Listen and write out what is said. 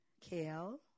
kale